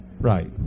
Right